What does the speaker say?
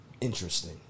interesting